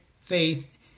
Faith